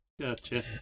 Gotcha